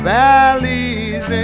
valleys